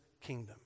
kingdom